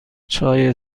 چای